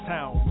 Town